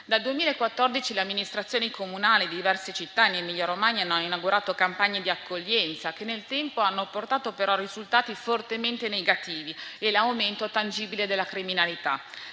Dal 2014, le amministrazioni comunali di diverse città in Emilia-Romagna hanno inaugurato campagne di accoglienza che, nel tempo, hanno portato però a risultati fortemente negativi e l'aumento tangibile della criminalità.